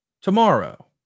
tomorrow